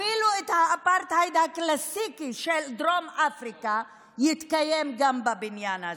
אפילו האפרטהייד הקלאסי של דרום אפריקה יתקיים גם בבניין הזה.